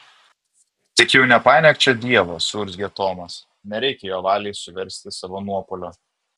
tik jau nepainiok čia dievo suurzgė tomas nereikia jo valiai suversti savo nuopuolio